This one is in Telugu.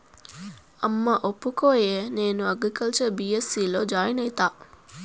అమ్మా ఒప్పుకోయే, నేను అగ్రికల్చర్ బీ.ఎస్.సీ లో జాయిన్ అయితా